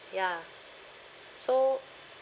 ya so